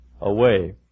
away